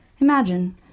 Imagine